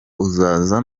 uzaza